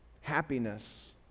happiness